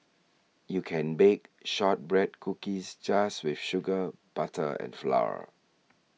you can bake Shortbread Cookies just with sugar butter and flour